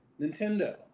Nintendo